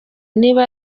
niba